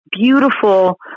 beautiful